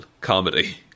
comedy